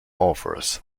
authors